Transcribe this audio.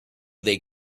they